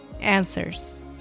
answers